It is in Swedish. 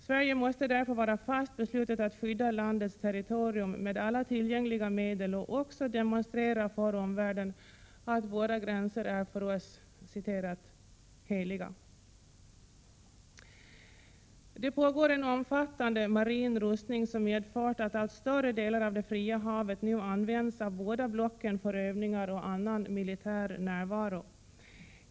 Sverige måste därför vara fast beslutet att skydda landets territorium med alla tillgängliga medel och också demonstrera för omvärlden att våra gränser för oss är ”heliga”. Det pågår en omfattande marin rustning, som medfört att allt större delar av det fria havet nu används av båda blocken för övningar och annan militär närvaro.